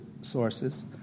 sources